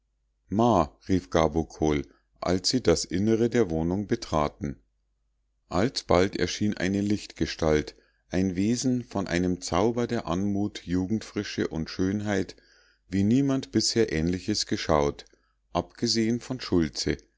als sie das innere der wohnung betraten alsbald erschien eine lichtgestalt ein wesen von einem zauber der anmut jugendfrische und schönheit wie niemand bisher ähnliches geschaut abgesehen von schultze